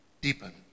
Deepen